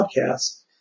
podcast